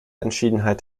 entschiedenheit